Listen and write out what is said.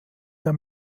der